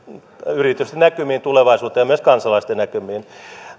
yritysten näkymiin tulevaisuuteen ja myös kansalaisten näkymiin